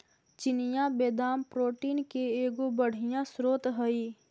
चिनिआबेदाम protein के एगो बढ़ियाँ स्रोत हई